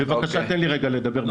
בבקשה, תן לי רגע לדבר.